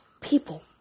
people